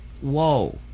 whoa